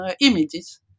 images